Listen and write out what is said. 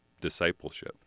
discipleship